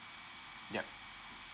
yup